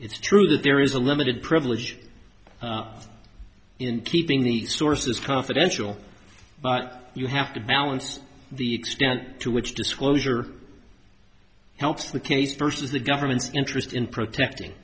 it's true that there is a limited privilege in keeping these sources confidential but you have to balance the extent to which disclosure helps the case versus the government's interest in protecting